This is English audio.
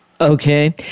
Okay